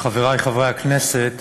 תודה רבה, חברי חברי הכנסת,